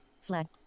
Flag